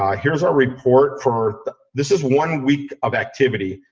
ah here's our report for this is one week of activity,